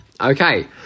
Okay